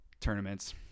tournaments